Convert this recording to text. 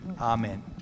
Amen